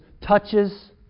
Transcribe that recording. touches